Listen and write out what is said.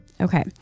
Okay